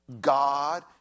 God